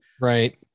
Right